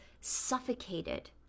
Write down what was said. suffocated